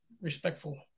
respectful